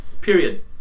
Period